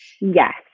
Yes